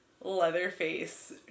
Leatherface